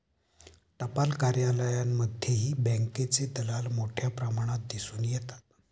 टपाल कार्यालयांमध्येही बँकेचे दलाल मोठ्या प्रमाणात दिसून येतात